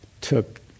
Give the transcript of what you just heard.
took